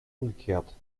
umgekehrt